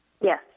Yes